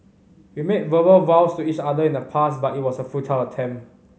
we made verbal vows to each other in the past but it was a futile attempt